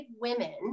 women